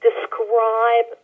describe